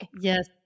Yes